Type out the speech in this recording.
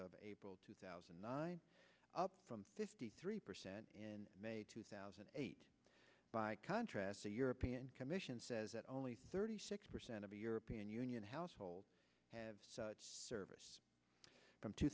of april two thousand and nine up from fifty three percent in may two thousand and eight by contrast the european commission says that only thirty six percent of the european union households have service from two